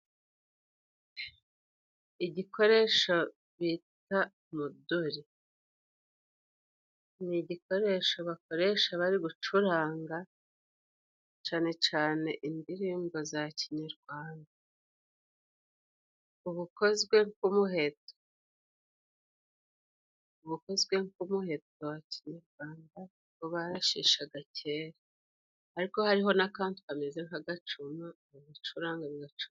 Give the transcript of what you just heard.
Igikoresho bita umuduri. Ni gikoresho bakoresha bari gucuranga cane cane indirimbo za kinyarwanda. Uba ukozwe nk'umuheto. Uba ukozwe nk'umuheto wa kinyarwanda barashishagara, ariko hariho n'akantu kameze nk'agacuma bicurangagaca.